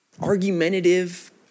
argumentative